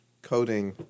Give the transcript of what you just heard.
Coding